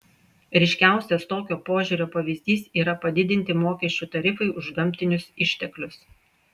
ryškiausias tokio požiūrio pavyzdys yra padidinti mokesčių tarifai už gamtinius išteklius